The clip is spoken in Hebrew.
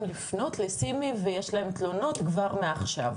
לפנות לסימי ויש להם תלונות כבר מעכשיו.